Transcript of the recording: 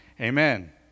Amen